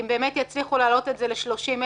אם באמת יצליחו להעלות את זה ל-30,000